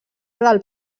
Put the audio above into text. del